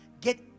get